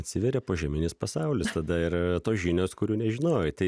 atsiveria požeminis pasaulis tada ir tos žinios kurių nežinojai tai